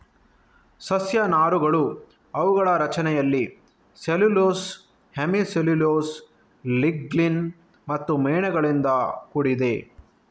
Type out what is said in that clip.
ಸಸ್ಯ ನಾರುಗಳು ಅವುಗಳ ರಚನೆಯಲ್ಲಿ ಸೆಲ್ಯುಲೋಸ್, ಹೆಮಿ ಸೆಲ್ಯುಲೋಸ್, ಲಿಗ್ನಿನ್ ಮತ್ತು ಮೇಣಗಳಿಂದ ಕೂಡಿದೆ